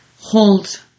hold